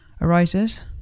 arises